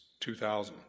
2000